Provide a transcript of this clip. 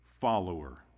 follower